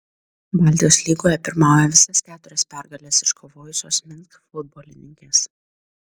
baltijos lygoje pirmauja visas keturias pergales iškovojusios minsk futbolininkės